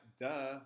duh